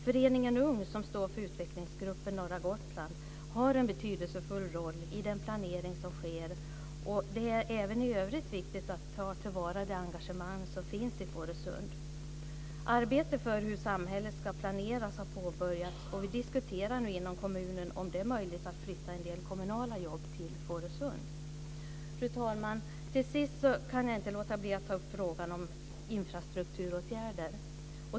Föreningen UNG, som står för Utvecklingsgruppen Norra Gotland, har en betydelsefull roll i den planering som sker. Det är även i övrigt viktigt att ta till vara det engagemang som finns i Arbetet med hur samhället ska planeras har påbörjats, och vi diskuterar nu inom kommunen om det är möjligt att flytta en del kommunala jobb till Fårösund. Fru talman! Till sist kan jag inte låta bli att ta upp frågan om infrastrukturåtgärder.